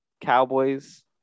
Cowboys